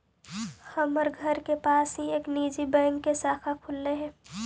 हमर घर के पास ही एक निजी बैंक की शाखा खुललई हे